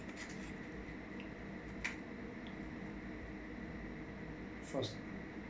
first